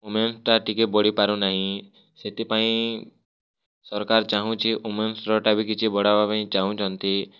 ଓମେନ୍ଟା ଟିକେ ବଢ଼ିପାରୁ ନାହିଁ ସେଥିପାଇଁ ସରକାର ଚାହୁଁଛି ଓମେନ୍ସରଟା ବି କିଛି ବଢ଼ାବା ପାଇଁ ଚାହୁଁଛନ୍ତି